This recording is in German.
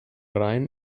rhein